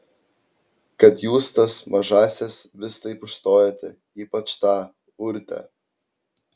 kad jūs tas mažąsias vis taip užstojate ypač tą urtę